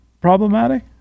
problematic